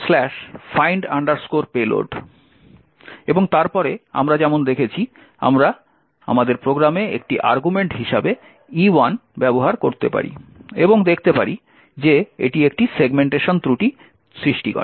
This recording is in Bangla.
সুতরাং find payload এবং তারপরে আমরা যেমন দেখেছি আমরা আমাদের প্রোগ্রামে একটি আর্গুমেন্ট হিসাবে E1 ব্যবহার করতে পারি এবং দেখতে পারি যে এটি একটি সেগমেন্টেশন ত্রুটি সৃষ্টি করে